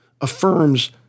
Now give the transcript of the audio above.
affirms